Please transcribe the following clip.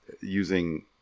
using